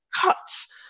cuts